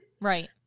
Right